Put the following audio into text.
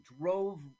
drove